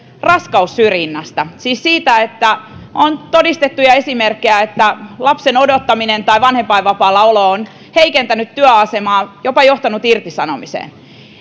raskaussyrjinnästä siis siitä että on todistettuja esimerkkejä että lapsen odottaminen tai vanhempainvapaalla olo on heikentänyt työasemaa jopa johtanut irtisanomiseen